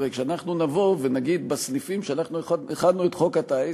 הרי כשנבוא ונגיד בסניפים שהכנו את חוק הטיס,